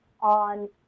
on